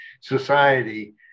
society